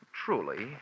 truly